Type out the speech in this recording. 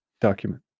document